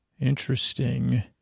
interesting